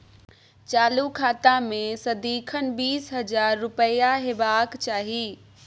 चालु खाता मे सदिखन बीस हजार रुपैया हेबाक चाही